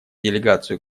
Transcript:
делегацию